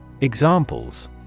Examples